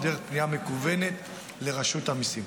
או דרך פנייה מקוונת לרשות המיסים.